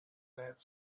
that